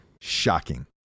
shocking